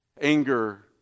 anger